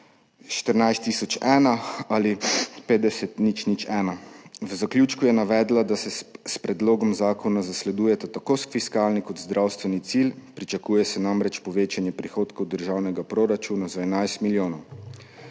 14001 ali 50001. V zaključku je navedla, da se s predlogom zakona zasledujeta tako fiskalni kot zdravstveni cilj. Pričakuje se namreč povečanje prihodkov državnega proračuna za 11 milijonov.